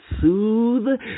soothe